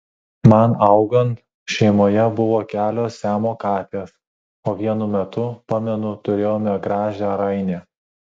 man augant šeimoje buvo kelios siamo katės o vienu metu pamenu turėjome gražią rainę